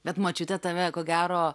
bet močiutė tave ko gero